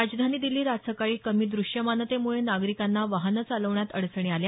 राजधानी दिल्लीत आज सकाळी कमी दृश्यमानतेमुळे नागरिकांना वाहनं चालवण्यात अडचणी आल्या